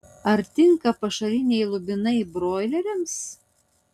ar tinka pašariniai lubinai broileriams